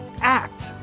act